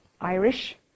Irish